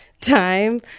time